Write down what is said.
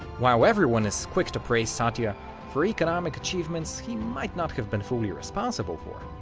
while everyone is quick to praise satya for economic achievements he might not have been fully responsible for,